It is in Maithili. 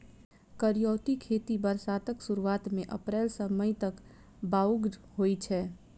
करियौती खेती बरसातक सुरुआत मे अप्रैल सँ मई तक बाउग होइ छै